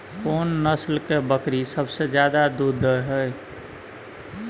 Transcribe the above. कोन नस्ल के बकरी सबसे ज्यादा दूध दय हय?